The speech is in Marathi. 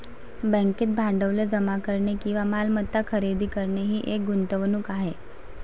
बँकेत भांडवल जमा करणे किंवा मालमत्ता खरेदी करणे ही एक गुंतवणूक आहे